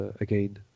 again